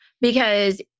because-